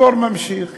הבור ממשיך להתקיים.